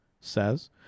says